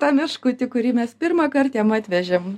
tą meškutį kurį mes pirmąkart jam atvežėm